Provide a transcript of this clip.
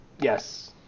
Yes